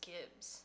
Gibbs